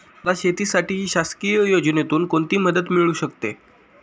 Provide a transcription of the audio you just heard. मला शेतीसाठी शासकीय योजनेतून कोणतीमदत मिळू शकते?